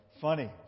funny